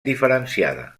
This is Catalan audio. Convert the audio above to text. diferenciada